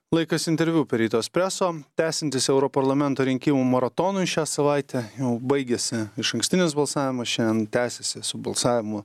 laikas interviu per ryto espreso tęsiantis europarlamento rinkimų maratonui šią savaitę jau baigėsi išankstinis balsavimas šianien tęsiasi su balsavimu